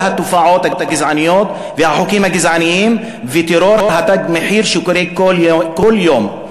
התופעות הגזעניות והחוקים הגזעניים וטרור ה"תג מחיר" שקורה כל יום.